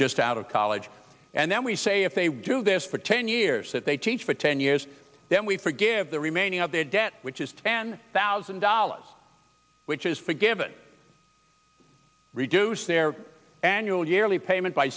just out of college and then we say if they do this for ten years that they teach for ten years then we forgive the remaining of their debt which is ten thousand dollars which is forgiven reduced their annual yearly payment by